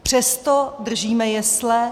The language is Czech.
Přesto držíme jesle.